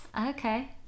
Okay